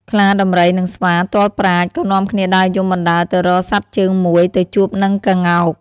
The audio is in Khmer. ខ្លា ដំរី និងស្វា ទាល់ប្រាជ្ញ ក៏នាំគ្នាដើរយំបណ្ដើរទៅរកសត្វជើងមួយទៅជួបនឹងក្ងោក។